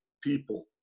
people